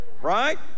Right